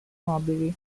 mobili